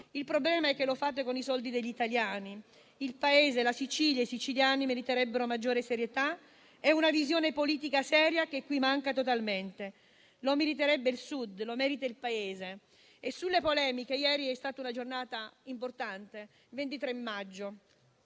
il problema è che lo fate con i soldi degli italiani. Il Paese, la Sicilia e i siciliani meriterebbero maggiore serietà e una visione politica seria, che qui manca totalmente. Lo meriterebbe il Sud, lo merita il Paese. Quanto alle polemiche, ieri, 23 maggio, è stata una giornata importante. C'è stata